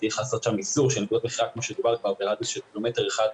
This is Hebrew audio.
צריך לעשות איסור של עמדות מכירה כמו שדובר כבר ברדיוס של קילומטר אחד,